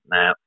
Now